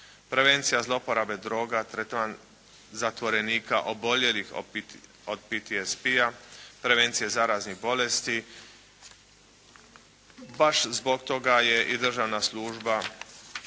prevencija zlouporabe droga, tretman zatvorenika oboljelih od PTSP-a, prevencija zaraznih bolesti, pa zbog toga je i državna služba